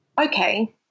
okay